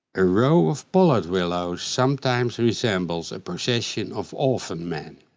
a row of pollard willows sometimes resembles a procession of orphan men.